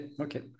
okay